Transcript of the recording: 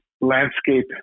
landscape